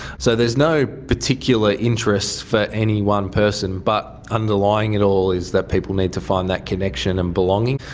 so there's no particular interest for any one person, but underlying it all is that people need to find that connection and belonging.